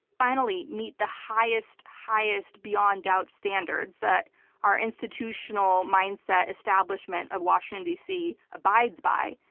finally meet the highest, highest beyond doubt standards that our institutional mindset establishment of washington dc abides by,